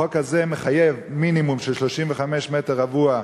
החוק הזה מחייב מינימום של 35 מטר רבוע,